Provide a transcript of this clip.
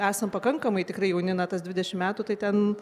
esam pakankamai tikrai jauni na tas dvidešimt metų tai ten